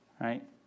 right